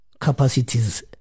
capacities